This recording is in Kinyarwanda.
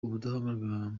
ubudahangarwa